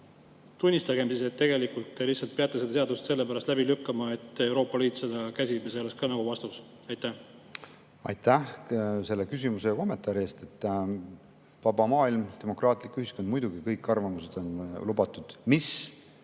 Tunnistage, et tegelikult te lihtsalt peate selle seaduse sellepärast läbi lükkama, et Euroopa Liit seda käsib, ja see oleks ka vastus. Aitäh selle küsimuse ja kommentaari eest! Vaba maailm, demokraatlik ühiskond – muidugi, kõik arvamused on lubatud, mis